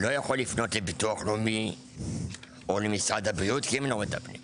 לא יכול לפנות לביטוח לאומי או למשרד הבריאות כי הם לא מטפלים.